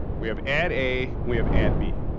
we have ad a, we have ad b.